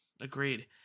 agreed